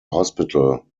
hospital